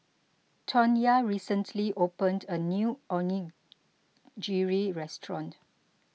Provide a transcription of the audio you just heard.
Tawnya recently opened a new Onigiri restaurant